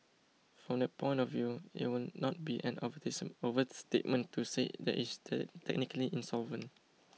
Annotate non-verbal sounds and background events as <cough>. from that point of view it would not be an <unintelligible> overstatement to say that is <unintelligible> technically insolvent